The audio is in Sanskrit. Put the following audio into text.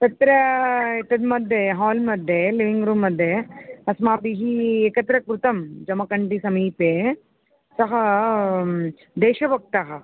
तत्र एतन्मध्ये हाल्मध्ये लिविङ्ग् रूम्मध्ये अस्माभिः एकत्रिकृतं जमकण्डि समीपे सः देशभक्तः